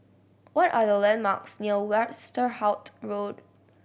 what are the landmarks near Westerhout Road